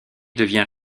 devient